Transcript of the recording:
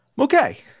Okay